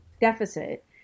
deficit